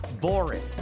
boring